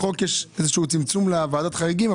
בחוק יש איזשהו צמצום לוועדת החריגים.